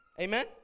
Amen